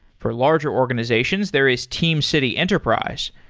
for larger organizations, there is teamcity enterprise,